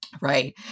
Right